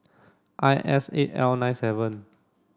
I S eight L nine seven